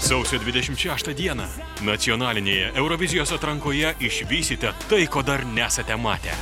sausio dvidešimt šeštą dieną nacionalinėje eurovizijos atrankoje išvysite tai ko dar nesate matę